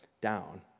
down